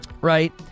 right